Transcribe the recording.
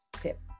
tip